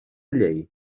llei